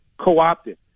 co-opted